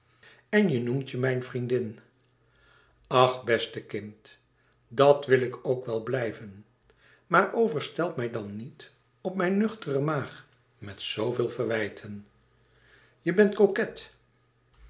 en je noemt je mijn vriendin ach beste kind dat wil ik ook wel blijven maar overstelp mij dan niet op mijn nuchtere maag met zooveel verwijten je bent coquet